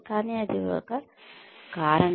కానీ అది ఒక కారణం